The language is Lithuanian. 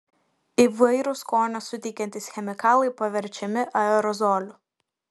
įvairūs skonio suteikiantys chemikalai paverčiami aerozoliu